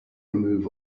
remove